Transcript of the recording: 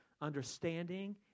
understanding